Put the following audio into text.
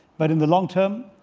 but in the long term,